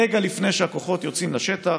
רגע לפני שהכוחות יוצאים לשטח,